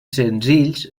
senzills